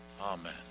Amen